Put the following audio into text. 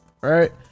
right